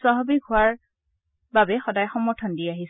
স্বাভাৱিক হোৱাৰ সদায় সমৰ্থন দি আহিছে